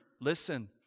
listen